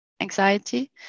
anxiety